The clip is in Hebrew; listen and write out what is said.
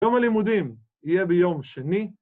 ‫יום הלימודים יהיה ביום שני.